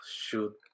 shoot